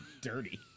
dirty